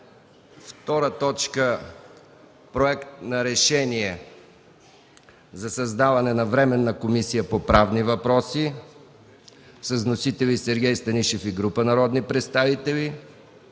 събрание. 2. Проект за решение за създаване на Временна комисия по правни въпроси. Вносители са Сергей Станишев и група народни представители.